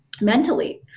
mentally